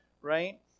right